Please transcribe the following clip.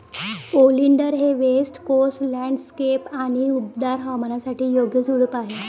oleander हे west coast landscape आणि उबदार हवामानासाठी योग्य झुडूप आहे